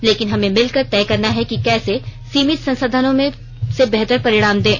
लेकिन हमें मिलकर तय करना है कि कैसे सीमित संसाधनों से बेहतर परिणाम दें